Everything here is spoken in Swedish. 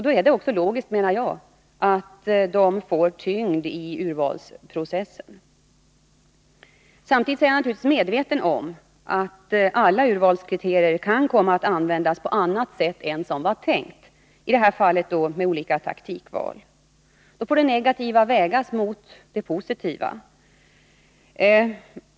Då är det också logiskt att de får tyngd i urvalsprocessen. Samtidigt är jag naturligtvis medveten om att alla urvalskriterier kan komma att användas på annat sätt än vad som var tänkt, i det här fallet i form av olika taktikval. Då får det negativa vägas mot det positiva.